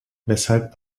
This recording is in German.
weshalb